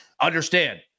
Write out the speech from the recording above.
Understand